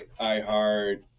iHeart